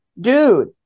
Dude